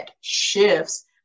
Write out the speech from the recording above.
shifts